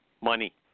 Money